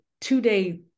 two-day